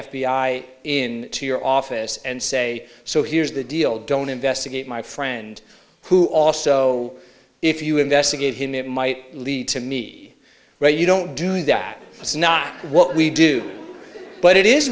i in to your office and say so here's the deal don't investigate my friend who also if you investigate him it might lead to me where you don't do that it's not what we do but it is